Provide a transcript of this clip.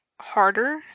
harder